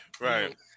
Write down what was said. Right